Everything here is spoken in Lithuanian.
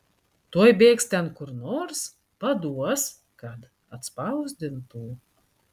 tuoj bėgs ten kur nors paduos kad atspausdintų